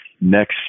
next